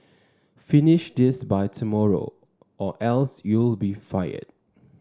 finish this by tomorrow or else you'll be fired